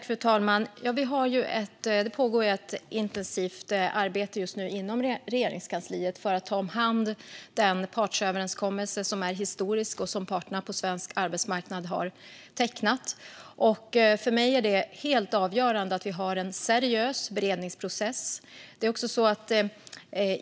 Fru talman! Det pågår just nu ett intensivt arbete inom Regeringskansliet med att ta hand om den partsöverenskommelse som är historisk och som parterna på svensk arbetsmarknad har träffat. För mig är det helt avgörande att vi har en seriös beredningsprocess.